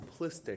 simplistic